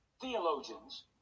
theologians